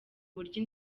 uburyo